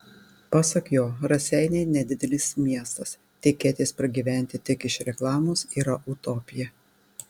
pasak jo raseiniai nedidelis miestas tikėtis pragyventi tik iš reklamos yra utopija